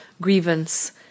grievance